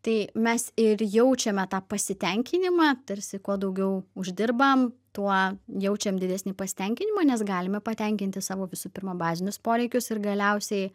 tai mes ir jaučiame tą pasitenkinimą tarsi kuo daugiau uždirbam tuo jaučiam didesnį pasitenkinimą nes galime patenkinti savo visų pirma bazinius poreikius ir galiausiai